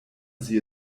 sie